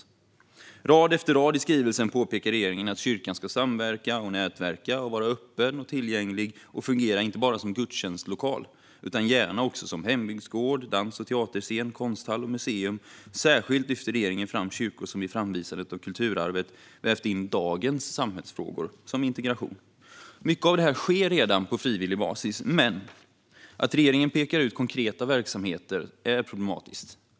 På rad efter rad i skrivelsen påpekar regeringen att kyrkan ska samverka och nätverka, vara öppen och tillgänglig och fungera inte bara som gudstjänstlokal utan gärna också som hembygdsgård, dans och teaterscen, konsthall och museum. Särskilt lyfter regeringen fram kyrkor som i framvisandet av kulturarvet vävt in dagens samhällsfrågor, som integration. Mycket av detta sker redan på frivillig basis, men att regeringen pekar ut konkreta verksamheter är problematiskt.